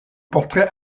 portrait